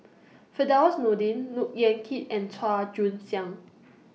Firdaus Nordin Look Yan Kit and Chua Joon Siang